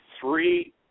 three